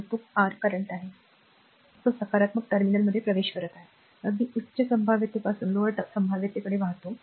आणि तो चालू आहे प्रवाह सकारात्मक टर्मिनलमध्ये प्रवेश करत आहे अगदी उच्च संभाव्यतेपासून लोअर संभाव्यतेकडे वाहतो